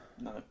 no